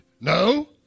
No